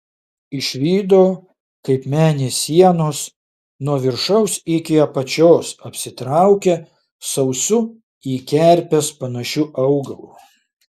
išvydo kaip menės sienos nuo viršaus iki apačios apsitraukia sausu į kerpes panašiu augalu